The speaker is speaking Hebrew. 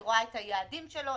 היא רואה את היעדים שלו,